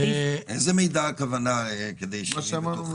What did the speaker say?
הכוונה לאיזה מידע?